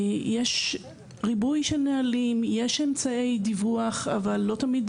יש ריבוי של נהלים, שי אמצעי דיווח, אבל לא תמיד